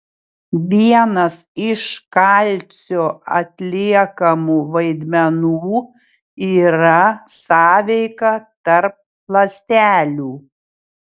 vienas iš kalcio atliekamų vaidmenų yra sąveika tarp ląstelių